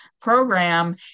program